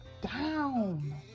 down